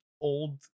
old